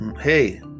hey